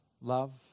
love